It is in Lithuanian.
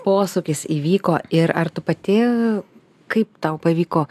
posūkis įvyko ir ar tu pati kaip tau pavyko